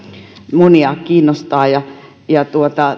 monia kiinnostaa